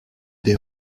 des